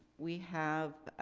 we have